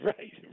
Right